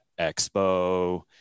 Expo